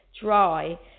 dry